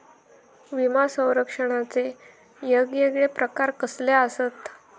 विमा सौरक्षणाचे येगयेगळे प्रकार कसले आसत?